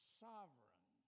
sovereign